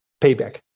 payback